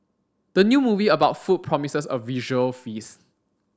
the new movie about food promises a visual feast